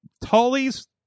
Tully's